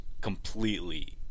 completely